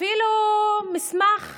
אפילו מסמך